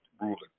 ruling